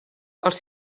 els